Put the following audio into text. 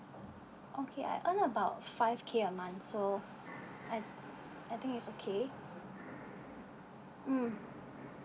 okay I earn about five K a month so I I think is okay mm